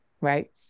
right